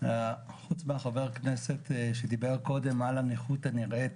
חוץ מחבר הכנסת שדיבר קודם על הנכות הנראית,